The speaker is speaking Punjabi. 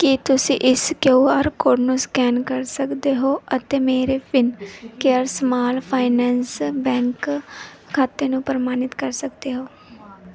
ਕੀ ਤੁਸੀਂਂ ਇਸ ਕਿਅਊ ਆਰ ਕੋਡ ਨੂੰ ਸਕੈਨ ਕਰ ਸਕਦੇ ਹੋ ਅਤੇ ਮੇਰੇ ਫਿਨਕੇਅਰ ਸਮਾਲ ਫਾਈਨੈਂਸ ਬੈਂਕ ਖਾਤੇ ਨੂੰ ਪ੍ਰਮਾਣਿਤ ਕਰ ਸਕਦੇ ਹੋ